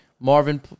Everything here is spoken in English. Marvin